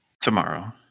tomorrow